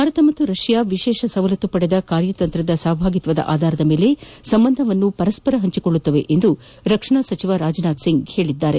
ಭಾರತ ಮತ್ತು ರಷ್ಯಾ ವಿಶೇಷ ಸವಲತ್ತು ಪಡೆದ ಕಾರ್ಯತಂತ್ರದ ಸಹಭಾಗಿತ್ವದ ಆಧಾರದ ಮೇಲೆ ಸಂಬಂಧವನ್ನು ಹಂಚೆಕೊಳ್ಳುತ್ತವೆ ಎಂದು ರಕ್ಷಣಾ ಸಚಿವ ರಾಜನಾಥ್ ಸಿಂಗ್ ಹೇಳಿದಾರೆ